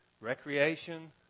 Recreation